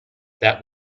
that